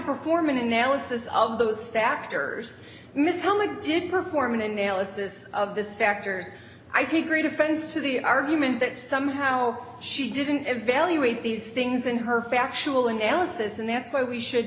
perform an analysis of those factors miso mike did perform an analysis of this factors i take great offense to the argument that somehow she didn't evaluate these things in her factual analysis and that's why we should